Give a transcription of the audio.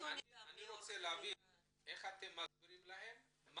אני רוצה להבין איך אתם מסבירים להם, מה